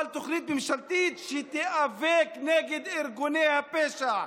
אבל תוכנית ממשלתית שתיאבק נגד ארגוני הפשע,